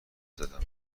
زدم